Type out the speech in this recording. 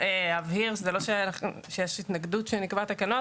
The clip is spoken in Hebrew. אבהיר שזה לא שיש התנגדות שנקבע תקנות,